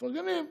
מפרגנים,